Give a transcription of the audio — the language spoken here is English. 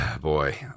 Boy